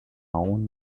own